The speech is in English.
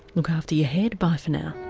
look after your head bye for now